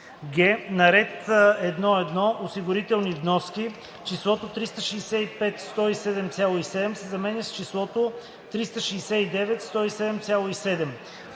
г) На ред „1.1. Осигурителни вноски“ числото „365 107,7“ се заменя с числото „369 107,7“.